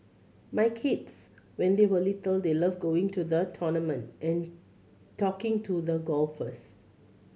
my kids when they were little they loved going to the tournament and talking to the golfers